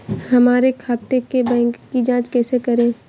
हमारे खाते के बैंक की जाँच कैसे करें?